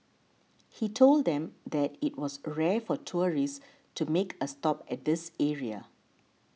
he told them that it was rare for tourists to make a stop at this area